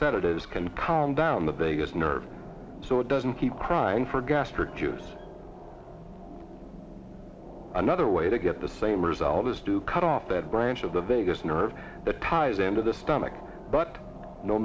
sedatives can calm down the biggest nerves so it doesn't keep crying for gastric juice another way to get the same result is to cut off that branch of the vegas nerve that ties into the stomach but no